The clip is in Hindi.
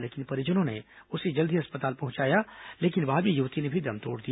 लेकिन परिजनों ने उसे जल्द ही अस्पताल पहुंचाया लेकिन बाद में युवती ने भी दम तोड़ दिया